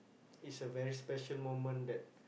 it's a very special moment that